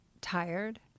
tired